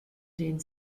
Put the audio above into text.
den